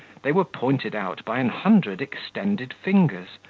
they were pointed out by an hundred extended fingers,